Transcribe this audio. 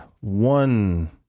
one